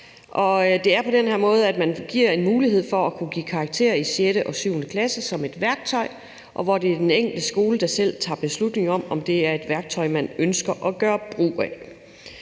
Det er på den måde, at man giver en mulighed for at kunne give karakterer i 6. og 7. klasse som et værktøj, og hvor det er den enkelte skole, der selv tager beslutning om, om det er et værktøj, man ønsker at gøre brug af.